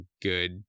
good